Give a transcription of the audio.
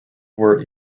were